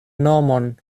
nomon